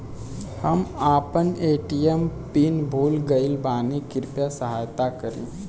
हम आपन ATM PIN भूल गईल बानी कृपया सहायता करी